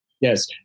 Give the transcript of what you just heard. Yes